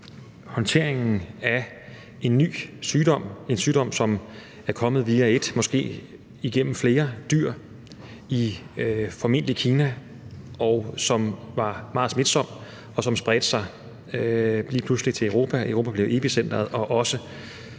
håndteringen af en ny sygdom, som er kommet via et eller måske flere dyr i Kina, formentlig, og som var meget smitsom, og som spredte sig lige pludselig til Europa, hvor Europa blev epicentret og den